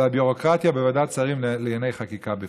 הביורוקרטיה בוועדת השרים לענייני חקיקה בפרט.